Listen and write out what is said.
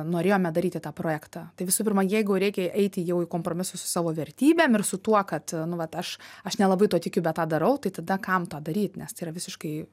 norėjome daryti tą projektą tai visų pirma jeigu reikia eiti jau į kompromisus su savo vertybėm ir su tuo kad nu vat aš aš nelabai tuo tikiu bet tą darau tai tada kam tą daryt nes tai yra visiškai